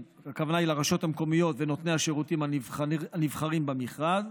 הכוונה היא לרשויות המקומיות ולנותני השירותים הנבחרים במכרז.